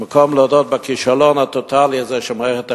במקום להודות בכישלון המוחלט והטוטלי הזה של מערכת החינוך,